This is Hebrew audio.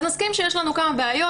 נסכים שיש לנו כמה בעיות.